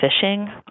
fishing